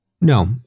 No